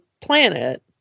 planet